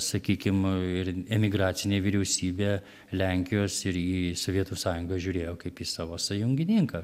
sakykim ir emigracinė vyriausybė lenkijos ir į sovietų sąjungą žiūrėjo kaip į savo sąjungininką